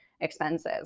expenses